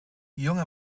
junge